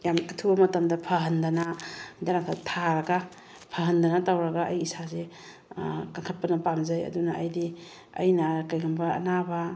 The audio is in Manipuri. ꯌꯥꯝ ꯑꯊꯨꯕ ꯃꯇꯝꯗ ꯐꯍꯟꯗꯅ ꯍꯤꯗꯥꯛ ꯂꯥꯡꯊꯛ ꯊꯥꯔꯒ ꯐꯍꯟꯗꯅ ꯇꯧꯔꯒ ꯑꯩ ꯏꯁꯥꯁꯦ ꯀꯪꯈꯠꯄꯅ ꯄꯥꯝꯖꯩ ꯑꯗꯨꯅ ꯑꯩꯗꯤ ꯑꯩꯅ ꯀꯔꯤꯒꯨꯝꯕ ꯑꯅꯥꯕ